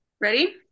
ready